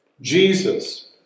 Jesus